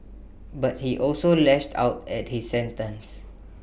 but he also lashed out at his sentence